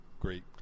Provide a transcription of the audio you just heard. great